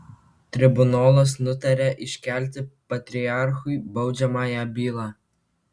tribunolas nutaria iškelti patriarchui baudžiamąją bylą